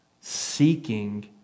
seeking